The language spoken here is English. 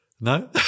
No